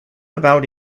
about